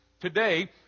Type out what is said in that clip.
Today